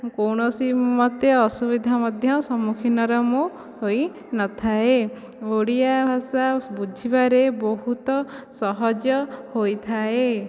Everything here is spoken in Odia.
କୌଣସି ମୋତେ ଅସୁବିଧା ମଧ୍ୟ ସମ୍ମୁଖୀନର ମୁଁ ହୋଇନଥାଏ ଓଡ଼ିଆ ଭାଷା ବୁଝିବାରେ ବହୁତ ସହଜ ହୋଇଥାଏ